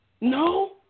No